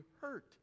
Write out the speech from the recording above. hurt